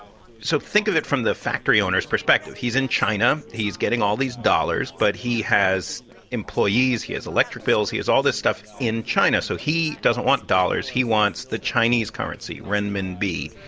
so think of it from the factory owner's perspective. he's in china. he's getting all these dollars. but he has employees. he has electric bills. he has all this stuff in china. so he doesn't want dollars. he wants the chinese currency, renminbi.